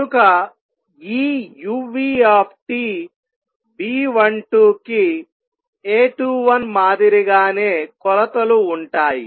కనుక ఈ uTB12కి A21మాదిరిగానే కొలతలు ఉంటాయి